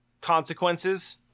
consequences